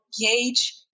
gauge